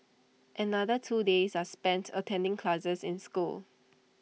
another two days are spent attending classes in school